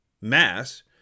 mass